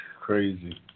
crazy